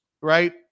right